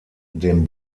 dem